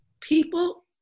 people